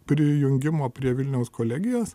prijungimo prie vilniaus kolegijos